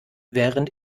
während